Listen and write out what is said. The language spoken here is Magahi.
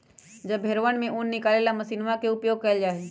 अब भेंड़वन से ऊन निकाले ला मशीनवा के उपयोग कइल जाहई